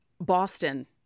Boston